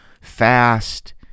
fast